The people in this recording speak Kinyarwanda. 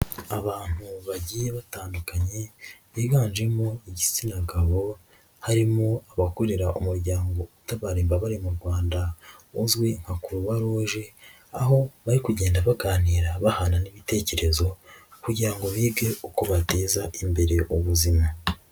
Abantu bagiye batandukanye, biganjemo igitsina gabo, harimo abakorera umuryango utabara imbabare mu Rwanda uzwi nka Croix Rouge, aho bari kugenda baganira bahana ibitekerezo, kugira ngo bige uko bateza imbere ubuzima.